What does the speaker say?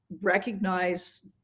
recognize